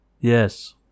Yes